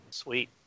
Sweet